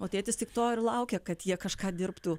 o tėtis tik to ir laukia kad jie kažką dirbtų